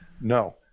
No